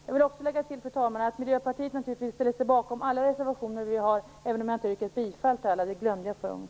Jag vill också lägga till att Miljöpartiet naturligtvis ställer sig bakom alla reservationer vi har, även om jag inte har yrkat bifall till alla. Jag glömde detta förra gången.